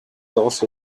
also